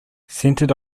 centered